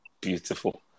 beautiful